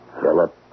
Philip